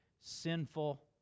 sinful